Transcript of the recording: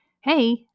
hey